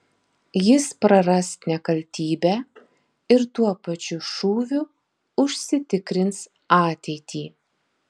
jis praras nekaltybę ir tuo pačiu šūviu užsitikrins ateitį